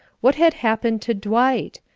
what had happened to dwight?